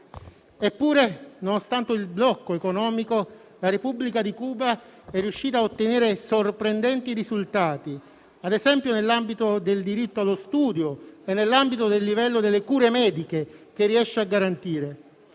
Eppure, nonostante il blocco economico, la Repubblica di Cuba è riuscita a ottenere sorprendenti risultati, ad esempio nell'ambito del diritto allo studio e del livello delle cure mediche che riesce a garantire.